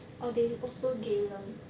orh they also galen